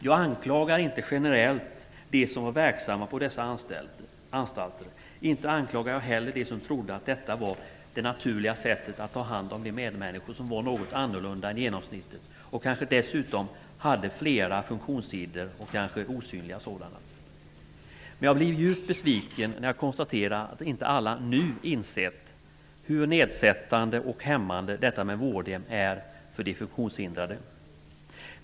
Jag anklagar inte generellt de som var verksamma på dessa anstalter. Inte heller anklagar jag dem som trodde att detta var det naturliga sättet att ta hand om de medmänniskor som var något annorlunda än genomsnittet och som dessutom kanske hade flera funktionshinder, även osynliga sådana. Men jag blir djupt besviken när jag konstaterar att inte alla nu insett hur nedsättande och hämmande detta med vårdhem är för de funktionshindrade.